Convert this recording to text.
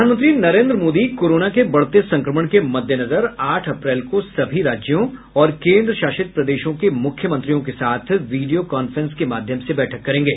प्रधानमंत्री नरेंद्र मोदी कोरोना के बढ़ते संक्रमण के मद्देनजर आठ अप्रैल को सभी राज्यों और केंद्रशासित प्रदेशों के मुख्यमंत्रियों के साथ वीडियो कांफ्रेंस के माध्यम से बैठक करेंगे